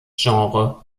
genre